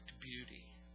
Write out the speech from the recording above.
beauty